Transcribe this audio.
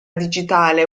digitale